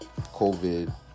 COVID